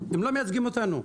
הם לא מייצגים אותנו.